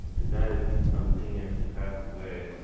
the guy that used to come to me actually passed away.